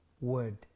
word